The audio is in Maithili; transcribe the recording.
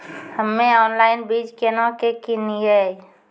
हम्मे ऑनलाइन बीज केना के किनयैय?